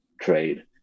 trade